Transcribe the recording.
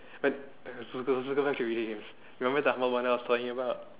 but l~ let's go back to games remember the humble bundle I was telling you about